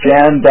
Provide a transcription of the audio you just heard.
Jan